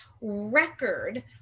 record